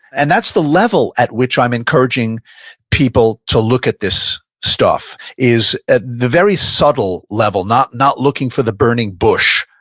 and that's the level at which i'm encouraging people to look at this stuff is at the very subtle level. not not looking for the burning bush,